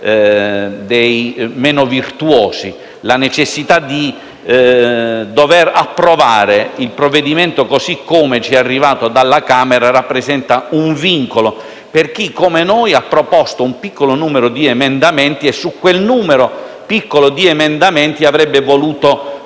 dei meno virtuosi. La necessità di dover approvare il provvedimento così come ci è arrivato dalla Camera rappresenta un vincolo per chi, come noi, ha proposto un piccolo numero di emendamenti e su quel numero piccolo di emendamenti avrebbe voluto confrontarsi.